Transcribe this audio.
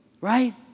right